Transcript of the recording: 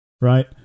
right